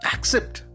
Accept